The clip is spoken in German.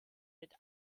mit